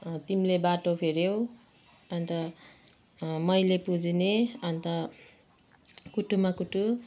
तिमीले बाटो फेर्यौ अन्त मैले पुज्ने अन्त कुटुमा कुटु